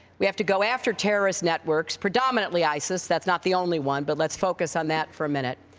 we have to go after terrorist networks, predominantly isis that's not the only one, but let's focus on that for a minute.